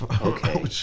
Okay